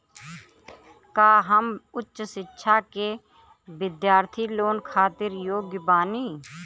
का हम उच्च शिक्षा के बिद्यार्थी लोन खातिर योग्य बानी?